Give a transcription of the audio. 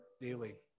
daily